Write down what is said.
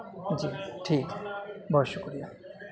جی ٹھیک ہے بہت شکریہ